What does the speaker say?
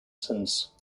since